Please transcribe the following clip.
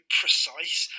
precise